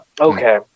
Okay